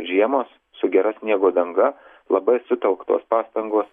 žiemos su gera sniego danga labai sutelktos pastangos